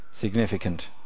significant